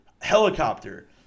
helicopter